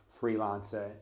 freelancer